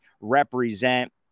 represent